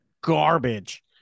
garbage